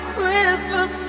Christmas